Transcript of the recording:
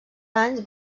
anys